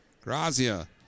Grazia